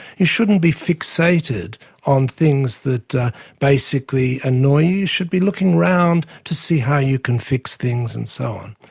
you shouldn't be fixated on things that are basically annoying you should be looking around to see how you can fix things and so on.